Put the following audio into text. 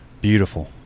beautiful